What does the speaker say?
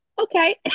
okay